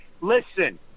listen